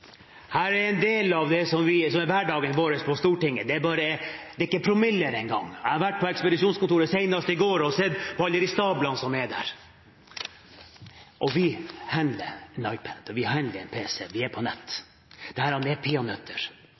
Her er en del av det som er hverdagen vår på Stortinget. Det er ikke promiller engang – jeg har vært på ekspedisjonskontoret senest i går og sett på alle de stablene som er der. Vi håndterer en iPad, vi håndterer en pc, vi er på nett. Dette er